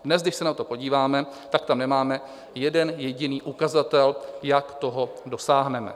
Dnes, když se na to podíváme, tak tam nemáme jeden jediný ukazatel, jak toho dosáhneme.